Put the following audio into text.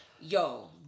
Yo